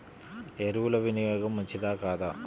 ఎరువుల వినియోగం మంచిదా కాదా?